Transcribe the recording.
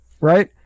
Right